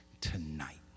tonight